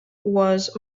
was